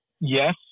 yes